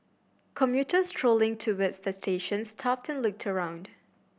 commuters strolling towards the station stopped and looked around